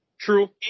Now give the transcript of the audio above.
true